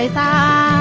ah da